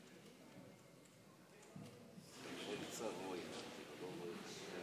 חבריי חברי הכנסת, לפני